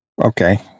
Okay